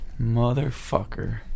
Motherfucker